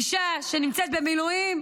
אישה שנמצאת במילואים,